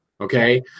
okay